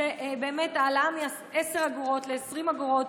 זו העלאה מ-10 אגורות ל-20 אגורות,